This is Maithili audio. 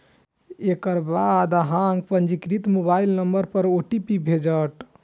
एकर बाद अहांक पंजीकृत मोबाइल नंबर पर ओ.टी.पी भेटत